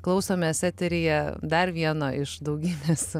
klausomės eteryje dar vieno iš daugynės